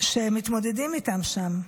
שהם מתמודדים איתם שם.